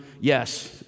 Yes